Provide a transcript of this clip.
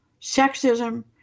sexism